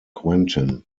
quentin